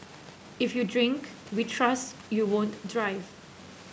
if you drink we trust you won't drive